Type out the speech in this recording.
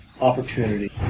opportunity